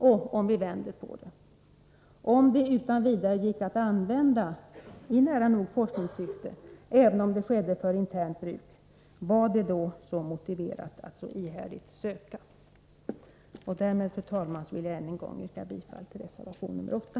Och om vi vänder på det: Om det utan vidare gick att använda i nära nog forskningssyfte — även om det skedde för internt bruk — var det då motiverat att så ihärdigt söka? Därmed, fru talman, vill jag än en gång yrka bifall till reservation 8.